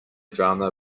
drama